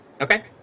Okay